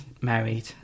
married